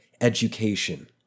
education—